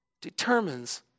determines